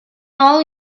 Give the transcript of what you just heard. all